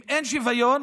אם אין שוויון,